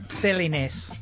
silliness